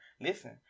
listen